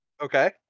Okay